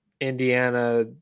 Indiana